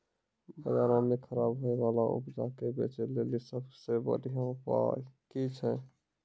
बजारो मे खराब होय बाला उपजा के बेचै लेली सभ से बढिया उपाय कि छै?